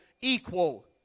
equal